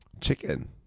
Chicken